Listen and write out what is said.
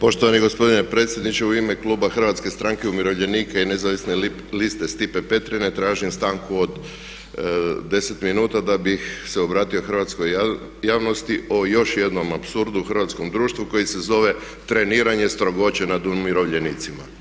Poštovani gospodine predsjedniče, u ime Kluba Hrvatske stranke umirovljenika i Nezavisne liste Stipe Petrine tražim stanku od 10 minuta da bih se obratio hrvatskoj javnosti o još jednom apsurdu u hrvatskom društvu koji se zove treniranje strogoće nad umirovljenicima.